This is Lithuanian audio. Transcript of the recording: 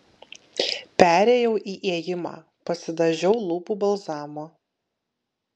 perėjau į ėjimą pasidažiau lūpų balzamu